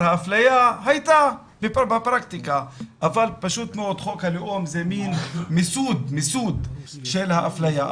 האפליה הייתה בפרקטיקה אבל פשוט מאוד חוק הלאום זה מן מיסוד של האפליה.